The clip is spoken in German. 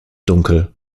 dunkel